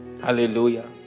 Hallelujah